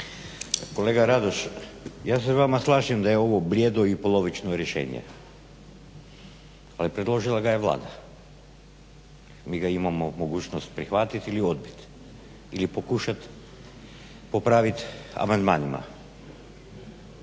Kolega Radoš ja se s vama slažem da je ovo blijedo i polovično rješenje ali predložila ga je Vlada. Mi ga imamo mogućnost prihvatiti ili odbiti, ili pokušati popraviti amandmanima.